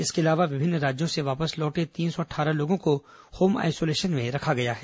इसके अलावा विभिन्न राज्यों से वापस लौटे तीन सौ अट्ढारह लोगों को होम आईसोलेशन में रखा गया है